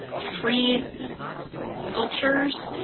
freeze so sculptures,